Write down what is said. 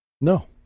no